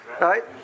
Right